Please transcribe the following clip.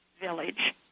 village